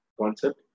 concept